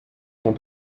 font